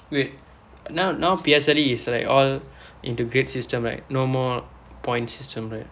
wait now now P_S_L_E is like all into grade system right no more points system right